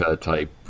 type